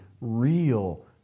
real